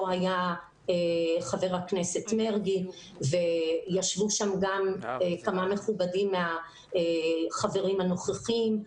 היה חבר הכנסת מרגי וישבו שם גם כמה מכובדים מהחברים הנוכחים.